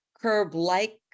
Curb-like